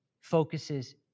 focuses